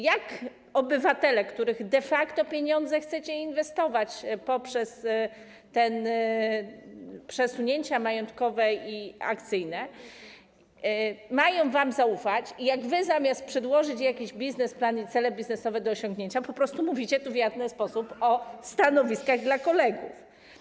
Jak obywatele, de facto których pieniądze chcecie inwestować poprzez te przesunięcia majątkowe i akcyjne, mają wam zaufać, skoro wy zamiast przedłożyć jakiś biznesplan i cele biznesowe do osiągnięcia, po prostu mówicie w jawny sposób o stanowiskach dla kolegów?